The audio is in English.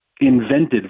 invented